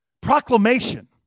proclamation